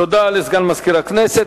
תודה לסגן מזכיר הכנסת.